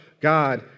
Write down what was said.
God